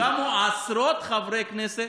קמו והתחיל להסית, קמו עשרות חברי כנסת,